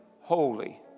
holy